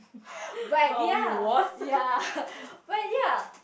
but yeah yeah but yeah